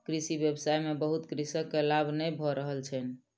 कृषि व्यवसाय में बहुत कृषक के लाभ नै भ रहल छैन